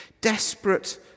desperate